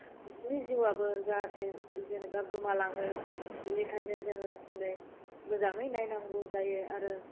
बिसोरनि जिउआबो जाहाथे जेनेबा गोमालाङो बेनिखायनो जोङो दिनै मोजाङै नायनांगौ जायो आरो